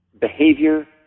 behavior